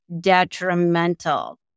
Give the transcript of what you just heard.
detrimental